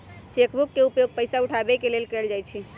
cheque book के उपयोग पइसा उठाबे के लेल कएल जाइ छइ